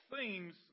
themes